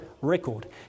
record